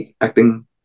acting